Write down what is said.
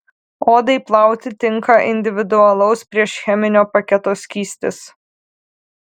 odai plauti tinka individualaus priešcheminio paketo skystis